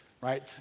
right